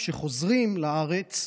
כשחוזרים לארץ,